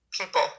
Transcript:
people